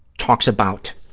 talks about